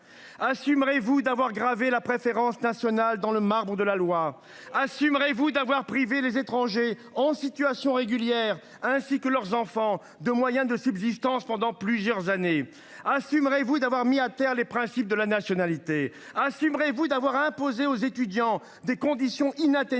Assumerez vous d’avoir gravé la préférence nationale dans le marbre de la loi ? C’est faux ! Assumerez vous d’avoir privé les étrangers en situation régulière, ainsi que leurs enfants, de moyens de subsistance pendant plusieurs années ? Assumerez vous d’avoir mis à terre les principes de la nationalité ? Assumerez vous d’avoir imposé aux étudiants des conditions inatteignables